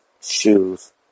Shoes